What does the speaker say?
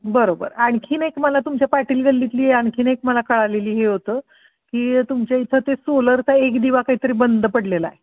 बरोबर आणखीन एक मला तुमच्या पाटील गल्लीतली आणखीन एक मला कळालेली हे होतं की तुमच्या इथं ते सोलरचा एक दिवा काहीतरी बंद पडलेला आहे